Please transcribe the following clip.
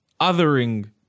Othering